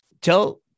tell